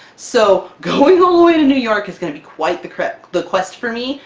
so going all the way to new york is going to be quite the cr ah the quest for me,